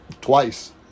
Twice